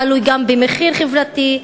תלוי גם במחיר חברתי,